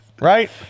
Right